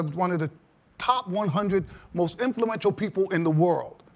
um one of the top one hundred most influential people in the world,